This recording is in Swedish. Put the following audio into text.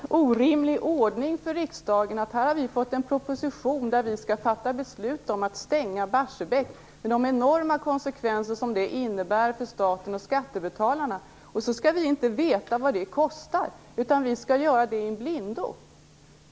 Fru talman! Är det inte en väldigt orimlig ordning för riksdagen att få en proposition som innebär att vi skall fatta beslut om att stänga Barsebäck, med de enorma konsekvenser som det innebär för staten och skattebetalarna. Vi skall inte veta vad det kostar, utan fatta beslut i blindo.